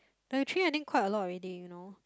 thirty three I think quite a lot already you know